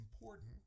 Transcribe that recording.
important